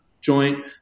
joint